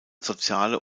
soziale